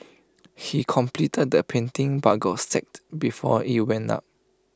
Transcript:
he completed the painting but got sacked before IT went up